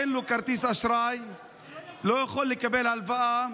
אין לו כרטיס אשראי, הוא לא יכול לקבל הלוואה,